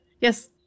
Yes